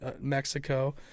Mexico